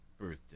birthday